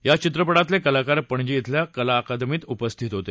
या चित्रपटातले कलाकार पणजी शिल्या कला अकादमीत उपस्थित होते